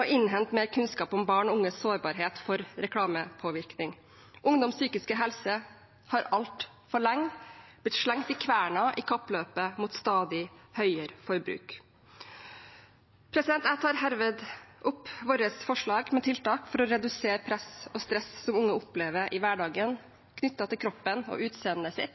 å innhente mer kunnskap om barn og unges sårbarhet for reklamepåvirkning. Ungdoms psykiske helse har altfor lenge blitt slengt i kverna i kappløpet mot stadig høyere forbruk. Jeg tar herved opp til votering våre forslag med tiltak for å redusere press og stress som unge opplever i hverdagen knyttet til kroppen og utseendemessig,